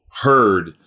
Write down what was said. heard